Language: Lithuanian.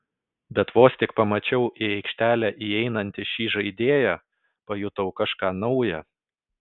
bet vos tik pamačiau į aikštelę įeinantį šį žaidėją pajutau kažką nauja